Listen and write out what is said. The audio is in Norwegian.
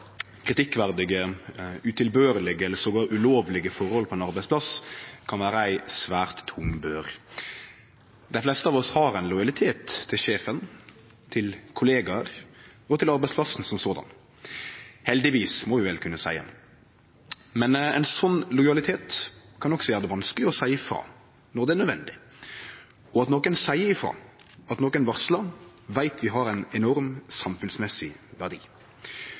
kritikkverdige, utilbørlege eller jamvel ulovlege forhold på ein arbeidsplass kan vere ei svært tung bør. Dei fleste av oss har lojalitet til sjefen, til kollegaene og til arbeidsplassen – heldigvis, må vi vel kunne seie. Men ein slik lojalitet kan også gjere det vanskeleg å seie frå når det er nødvendig. At nokon seier frå, at nokon varslar, veit vi har ein enorm samfunnsmessig verdi.